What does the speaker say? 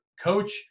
coach